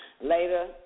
Later